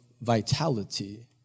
vitality